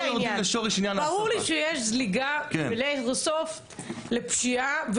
ברור לי שיש זליגה של איירסופט לפשיעה,